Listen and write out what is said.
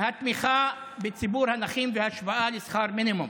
תמיכה בציבור נכים בהשוואה לשכר מינימום.